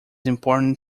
important